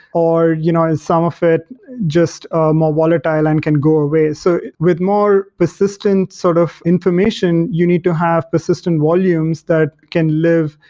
or you know and some of it just ah more volatile and can go away? so with more persistent sort of information, you need to have persistent volumes that can live,